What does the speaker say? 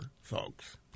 folks